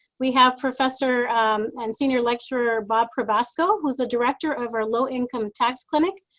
we have professor and senior lecturer bob probasco, who is the director of our low income tax clinic.